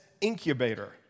incubator